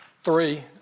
Three